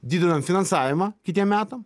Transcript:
didinam finansavimą kitiem metam